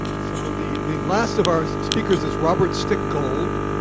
so the the last of our speakers is robert stickgold.